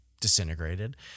disintegrated